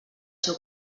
seu